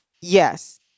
Yes